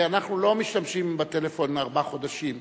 הרי אנחנו לא משתמשים בטלפון ארבעה חודשים.